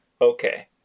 Okay